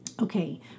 Okay